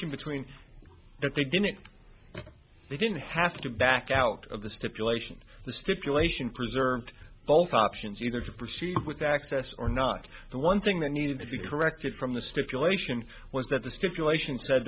thinking between if they didn't they didn't have to back out of the stipulation the stipulation preserved both options either to proceed with access or not the one thing that needed to be corrected from the stipulation was that the stipulation said